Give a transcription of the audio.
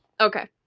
Okay